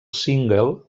single